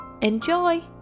Enjoy